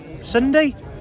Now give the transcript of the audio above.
Sunday